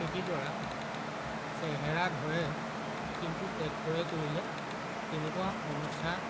খেতিডৰা চেহেৰা ধৰে কিন্তু ট্ৰেক্টৰে কৰিলে তেনেকুৱা সমস্যা